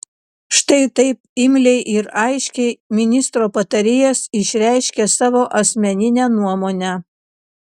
štai taip imliai ir aiškiai ministro patarėjas išreiškia savo asmeninę nuomonę